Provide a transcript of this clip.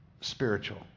spiritual